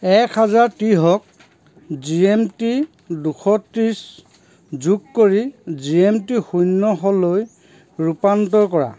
এক হাজাৰ ত্ৰিশক জি এম টি দুশ ত্ৰিশ যোগ কৰি জি এম টি শূন্যশলৈ ৰূপান্তৰ কৰা